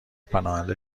پناهنده